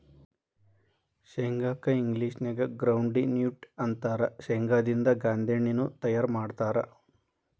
ಶೇಂಗಾ ಕ್ಕ ಇಂಗ್ಲೇಷನ್ಯಾಗ ಗ್ರೌಂಡ್ವಿ ನ್ಯೂಟ್ಟ ಅಂತಾರ, ಶೇಂಗಾದಿಂದ ಗಾಂದೇಣ್ಣಿನು ತಯಾರ್ ಮಾಡ್ತಾರ